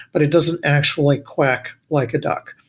but it doesn't actually quack like a duck.